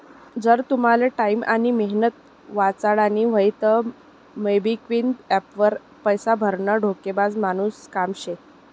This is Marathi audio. जर तुमले टाईम आनी मेहनत वाचाडानी व्हयी तं मोबिक्विक एप्प वर पैसा भरनं डोकेबाज मानुसनं काम शे